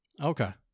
Okay